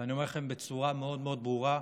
ואני אומר לכם בצורה מאוד מאוד ברורה: